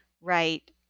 right